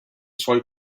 suoi